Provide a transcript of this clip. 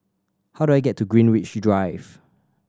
how do I get to Greenwich Drive